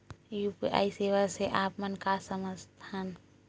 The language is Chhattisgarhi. यू.पी.आई सेवा से आप मन का समझ थान?